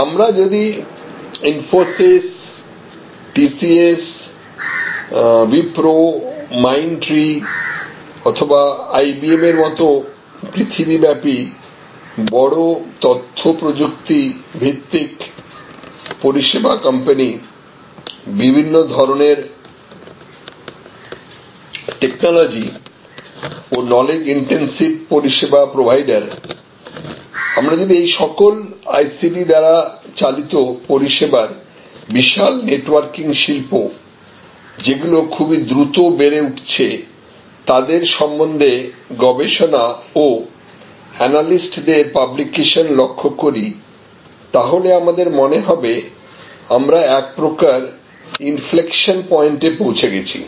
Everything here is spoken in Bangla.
আমরা যদি ইনফোসিস টিসিএস উইপ্রো মাইন্ড ট্রি অথবা আইবিএম এর মত পৃথিবীব্যাপী বড় তথ্য প্রযুক্তি ভিত্তিক পরিষেবা কম্পানি বিভিন্ন ধরনের টেকনোলজি ও নলেজ ইনটেনসিভ পরিষেবা প্রোভাইডার আমরা যদি এই সকল ICT দ্বারা চালিত পরিষেবার বিশাল নেটওয়ার্কিং শিল্প যেগুলি খুবই দ্রুত বেড়ে উঠছে তাদের সম্বন্ধে গবেষণা ও এনালিস্ট দের পাবলিকেশন লক্ষ করি তাহলে আমাদের মনে হবে আমরা এক প্রকার ইনফ্লেকশন পয়েন্টে পৌঁছে গেছি